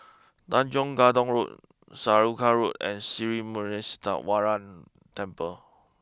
Tanjong Katong Road Saraca Road and Sri Temple